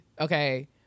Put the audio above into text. Okay